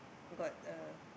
got a